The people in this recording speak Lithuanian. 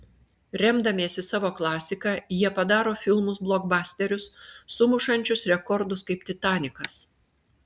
remdamiesi savo klasika jie padaro filmus blokbasterius sumušančius rekordus kaip titanikas